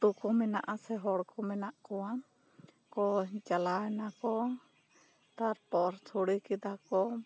ᱟᱛᱳ ᱠᱚ ᱢᱮᱱᱟᱜᱼᱟ ᱥᱮ ᱦᱚᱲᱠᱚ ᱢᱮᱱᱟᱜ ᱠᱚᱣᱟ ᱠᱚ ᱪᱟᱞᱟᱣᱮᱱᱟ ᱠᱚ ᱛᱟᱨᱯᱚᱨ ᱥᱚᱲᱮ ᱠᱮᱫᱟ ᱠᱚ